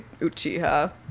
uchiha